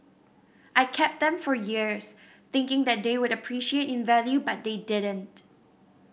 I kept them for years thinking that they would appreciate in value but they didn't